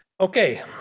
Okay